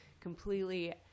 completely